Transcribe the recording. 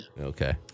Okay